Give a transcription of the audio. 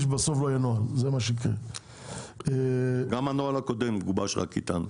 גם הנוהל הקודם גובש רק איתם.